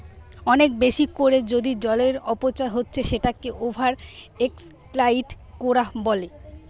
অনেক বেশি কোরে যদি জলের অপচয় হচ্ছে সেটাকে ওভার এক্সপ্লইট কোরা বলে